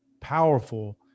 powerful